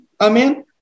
Amen